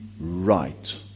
right